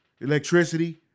electricity